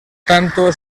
tanto